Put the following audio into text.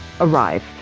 arrive